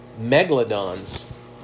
megalodons